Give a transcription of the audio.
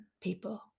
people